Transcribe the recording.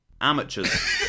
Amateurs